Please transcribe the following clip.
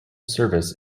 service